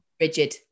rigid